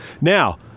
Now